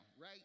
right